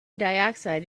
dioxide